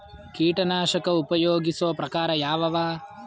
ಕೀಟನಾಶಕ ಉಪಯೋಗಿಸೊ ಪ್ರಕಾರ ಯಾವ ಅವ?